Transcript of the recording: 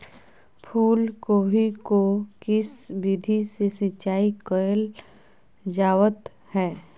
फूलगोभी को किस विधि से सिंचाई कईल जावत हैं?